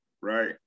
right